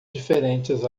diferentes